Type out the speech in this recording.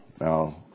Now